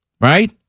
right